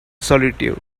solitude